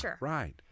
right